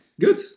Good